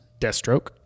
Deathstroke